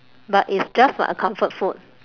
but it's just like a comfort food